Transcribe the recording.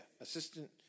assistant